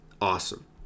awesome